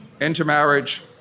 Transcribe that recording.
Intermarriage